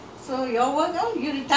six O clock you must finish it